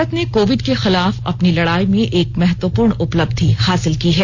भारत ने कोविड के खिलाफ अपनी लड़ाई में एक महत्वपूर्ण उपलब्धि हासिल की है